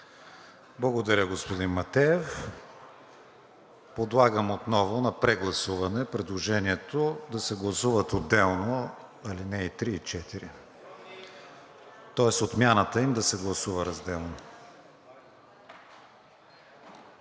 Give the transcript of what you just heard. Благодаря, господин Матеев. Подлагам отново на прегласуване предложението да се гласуват отделно алинеи 3 и 4, тоест отмяната им да се гласува разделно.